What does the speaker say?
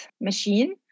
machine